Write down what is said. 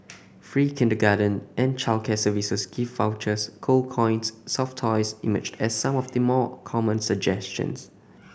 free kindergarten and childcare services gift vouchers gold coins and soft toys emerged as some of the more common suggestions